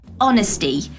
Honesty